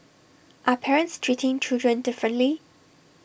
are parents treating children differently